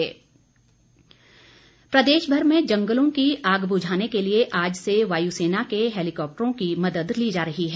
वनमंत्री प्रदेश भर में जंगलों की आग बुझाने के लिए आज से वायु सेना के हैलीकॉप्टरों की मदद ली जा रही है